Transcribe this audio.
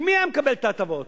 כי מי היה מקבל את ההטבות?